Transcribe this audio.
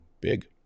big